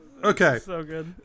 Okay